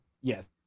Yes